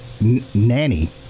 nanny